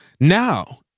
now